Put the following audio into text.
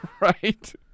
Right